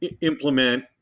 implement